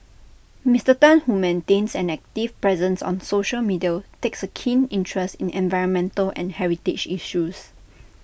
Mister Tan who maintains an active presence on social media takes A keen interest in environmental and heritage issues